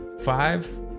five